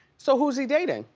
so who's he dating?